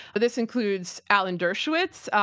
this includes alan dershowitz,